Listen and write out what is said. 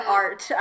art